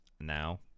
now